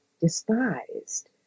despised